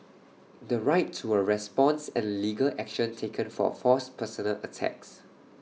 the right to A response and legal action taken for false personal attacks